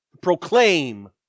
Proclaim